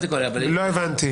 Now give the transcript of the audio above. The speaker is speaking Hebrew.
לא הבנתי.